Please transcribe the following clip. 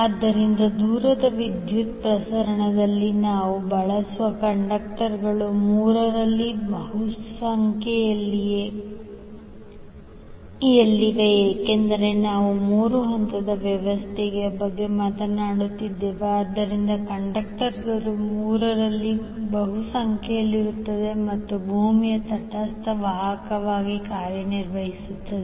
ಆದ್ದರಿಂದ ದೂರದ ವಿದ್ಯುತ್ ಪ್ರಸರಣದಲ್ಲಿ ನಾವು ಬಳಸುವ ಕಂಡಕ್ಟರ್ಗಳು ಮೂರರಲ್ಲಿ ಬಹುಸಂಖ್ಯೆಯಲ್ಲಿವೆ ಏಕೆಂದರೆ ನಾವು ಮೂರು ಹಂತದ ವ್ಯವಸ್ಥೆಯ ಬಗ್ಗೆ ಮಾತನಾಡುತ್ತಿದ್ದೇವೆ ಆದ್ದರಿಂದ ಕಂಡಕ್ಟರ್ಗಳು ಮೂರರಲ್ಲಿ ಬಹುಸಂಖ್ಯೆಯಲ್ಲಿರುತ್ತವೆ ಮತ್ತು ಭೂಮಿಯು ತಟಸ್ಥ ವಾಹಕವಾಗಿ ಕಾರ್ಯನಿರ್ವಹಿಸುತ್ತದೆ